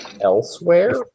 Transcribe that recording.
elsewhere